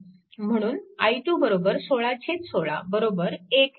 म्हणून i2 16 16 1A